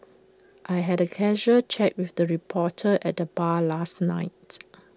I had A casual chat with the reporter at the bar last night